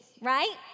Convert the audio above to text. right